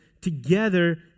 together